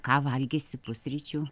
ką valgysi pusryčių